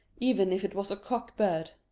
even if it was a cock bird.